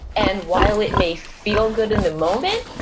and while it may feel good in the moment,